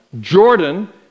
Jordan